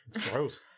gross